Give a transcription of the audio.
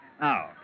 Now